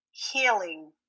healing